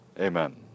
amen